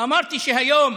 כשאמרתי שהיום